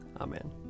Amen